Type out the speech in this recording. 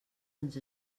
ens